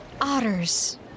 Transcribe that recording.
otters